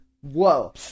Whoa